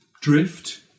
drift